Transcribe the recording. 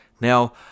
Now